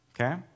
Okay